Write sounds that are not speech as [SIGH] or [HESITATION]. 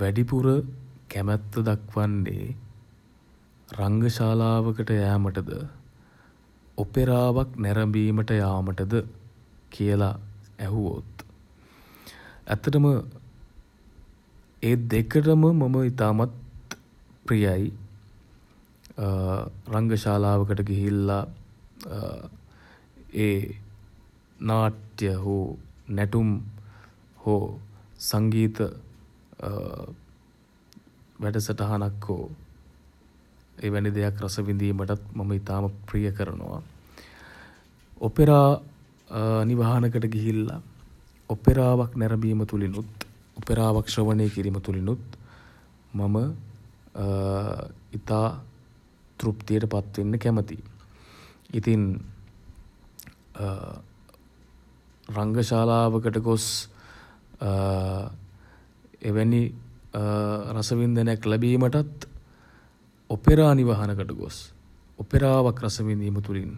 වැඩිපුර [HESITATION] කැමැත්ත දක්වන්නේ [HESITATION] රංග ශාලාවකට යෑමටද [HESITATION] ඔපෙරාවක් නැරඹීමට යාමටද [HESITATION] කියලා ඇහුවොත් [HESITATION] ඇත්තටම [HESITATION] ඒ දෙකටම [HESITATION] මම ඉතාමත් ප්‍රියයි. රංග ශාලාවකට ගිහිල්ලා [HESITATION] ඒ නාට්‍ය හෝ [HESITATION] නැටුම් හෝ [HESITATION] සංගීත [HESITATION] වැඩසටහනක් හෝ [HESITATION] එවැනි දෙයක් රස විඳීමටත් මම ඉතාම ප්‍රිය කරනවා. ඔපෙරා [HESITATION] නිවහනකට ගිහිල්ල [HESITATION] ඔපෙරාවක් නැරඹීම තුළිනුත් [HESITATION] ඔපෙරාවක් ශ්‍රවණය කිරීම තුළිනුත් [HESITATION] මම [HESITATION] ඉතා [HESITATION] තෘප්තියට පත් වෙන්න කැමතියි. ඉතින් [HESITATION] රංග ශාලාවකට ගොස් [HESITATION] එවැනි [HESITATION] රසවින්දනයක් ලැබීමටත් [HESITATION] ඔපෙරා නිවහනකට ගොස් [HESITATION] ඔපෙරාවක් රසවිඳීම තුළින්